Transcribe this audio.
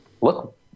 Look